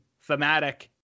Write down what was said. thematic